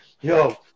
Yo